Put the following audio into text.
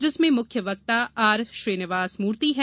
जिसमें मुख्य वक्ता आर श्रीनिवास मूर्ती हैं